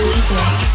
Music